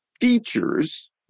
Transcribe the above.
features